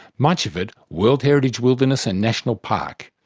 much of it world heritage wilderness and national park,